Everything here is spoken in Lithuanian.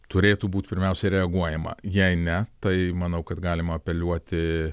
turėtų būt pirmiausiai reaguojama jei ne tai manau kad galima apeliuoti